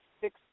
six